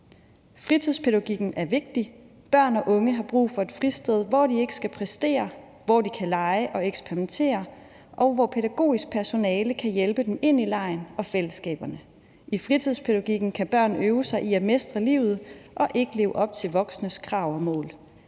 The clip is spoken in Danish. »Fritidspædagogikken er vigtig. Børn og unge har brug for et fristed, hvor de ikke skal præstere, hvor de kan lege og eksperimentere, og hvor pædagogisk personale kan hjælpe dem ind i legen og fællesskaberne. I fritidspædagogikken kan børn øve sig i at mestre livet og ikke leve op til voksnes krav og mål.